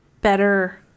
better